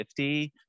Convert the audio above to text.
50